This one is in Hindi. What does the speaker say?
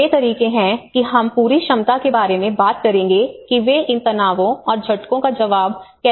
तो ये तरीके हैं कि हम पूरी क्षमता के बारे में बात करेंगे कि वे इन तनावों और झटकों का जवाब कैसे दे सकते हैं